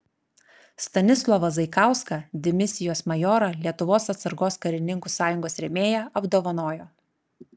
stanislovą zaikauską dimisijos majorą lietuvos atsargos karininkų sąjungos rėmėją apdovanojo